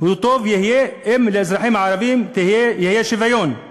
יהיה טוב אם לאזרחים הערבים יהיה שוויון.